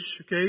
okay